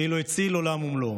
כאילו הציל עולם ומלואו.